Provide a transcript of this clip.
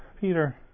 Peter